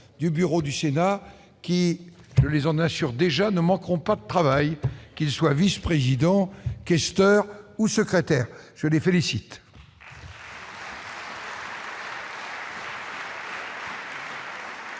du bureau du Sénat qui, je les en assure déjà, ne manqueront pas de travail, qu'ils soient vice-présidents, questeurs ou secrétaires ! Je vais